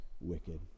wicked